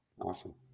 Awesome